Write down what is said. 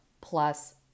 plus